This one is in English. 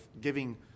giving